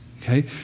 Okay